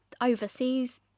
overseas